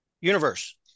universe